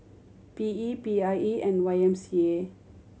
P E P I E and Y M C A